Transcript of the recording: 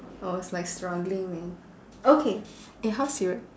I was like struggling leh okay eh how seriou~